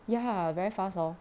ya very fast hor